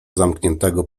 zamkniętego